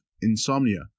insomnia